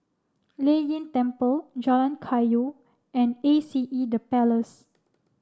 Lei Yin Temple Jalan Kayu and A C E The Place